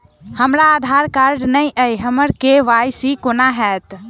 हमरा आधार कार्ड नै अई हम्मर के.वाई.सी कोना हैत?